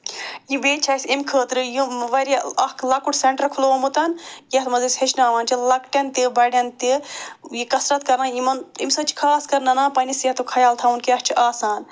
یہِ بیٚیہِ چھِ اَسہِ اَمہِ خٲطرٕ یِم واریاہ اکھ لۄکُٹ سٮ۪نٛٹَر کھُلومُت یَتھ منٛز أسۍ ہیٚچھناوان چھِ لۄکٹٮ۪ن تہِ بڑٮ۪ن تہِ یہِ کثرت کران یِمَن اَمہِ سۭتۍ چھِ خاص کر نَنان پنٛنہِ صحتُک خیال تھاوُن کیٛاہ چھِ آسان